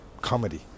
comedy